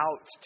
out